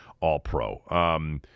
all-pro